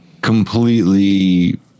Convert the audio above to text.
completely